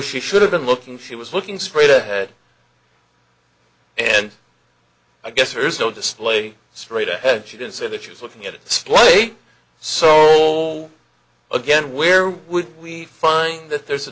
she should have been looking she was looking straight ahead and i guess there's no display straight ahead she didn't say that you're looking at a slate so all again where would we find that there's a